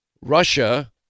Russia